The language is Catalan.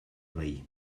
veí